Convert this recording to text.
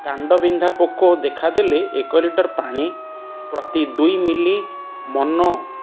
କାଣ୍ଡବିନ୍ଧା ପୋକ ଦେଖାଦେଲେ ଏକ ଲିଟର୍ ପାଣି ପ୍ରତି ଦୁଇ ମିଲି ମନୋ